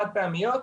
חד-פעמיות,